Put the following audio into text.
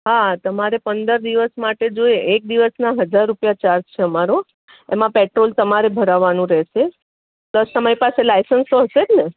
હા તમારે પંદર દિવસ માટે જોઈએ એક દિવસના હજાર રૂપિયા ચાર્જ છે અમારો એમાં પેટ્રોલ તમારે ભરાવવાનું રહેશે પ્લસ તમારી પાસે લાઇસન્સ તો હશે જ ને